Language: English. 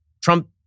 Trump